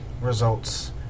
results